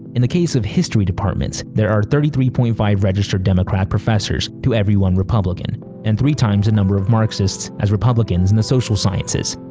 in the case of history departments, there are thirty three point five registered democrat professors to every one republican and three times the number of marxists as republicans in the social sciences.